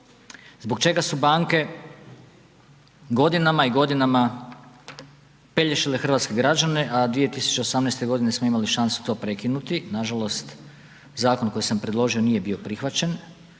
zbog čega su banke godinama i godinama pelješile hrvatske građane, a 2018. godine smo imali šansu to prekinuti, nažalost, zakon koji sam predložio nije bio prihvaćen.